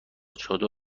چادر